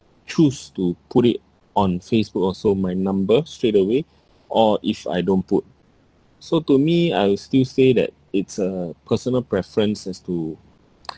choose to put it on Facebook also my number straight away or if I don't put so to me I'll still say that it's a personal preference as to